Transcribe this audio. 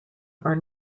are